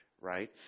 right